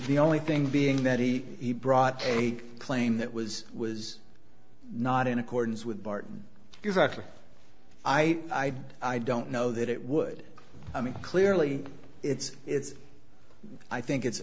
the only thing being that he brought a claim that was was not in accordance with barton because actually i i don't know that it would i mean clearly it's it's i think it's